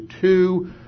two